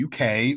UK